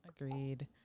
agreed